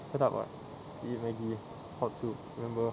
sedap [what] eat maggi hot soup remember